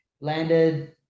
landed